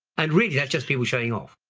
and really that's just people showing off.